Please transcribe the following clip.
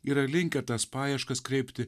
yra linkę tas paieškas kreipti